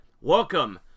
Welcome